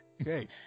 Okay